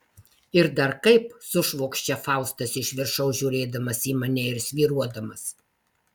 ir dar kaip sušvokščia faustas iš viršaus žiūrėdamas į mane ir svyruodamas